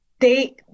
They-